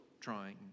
trying